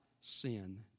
sin